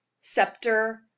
Scepter